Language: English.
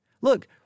look